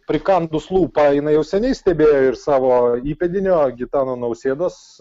prikandus lūpą jinai jau seniai stebėjo ir savo įpėdinio gitano nausėdos